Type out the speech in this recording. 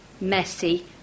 messy